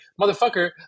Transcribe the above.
motherfucker